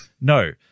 no